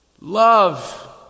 Love